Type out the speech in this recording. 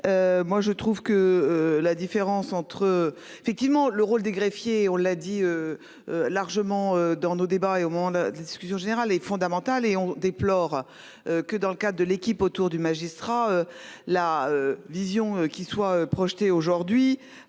Moi je trouve que la différence entre effectivement le rôle des greffiers, on l'a dit. Largement dans nos débats et au monde. Discussion générale est fondamentale et on déplore que dans le cas de l'équipe autour du magistrat. La vision qui soit projeté aujourd'hui